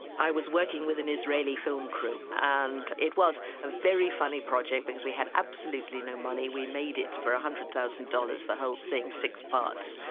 i was working with an israeli film crew, and it was a very funny project because we had absolutely no money. we made it for one hundred thousand dollars, the whole thing, six parts.